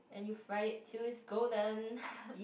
and you fry it till it's golden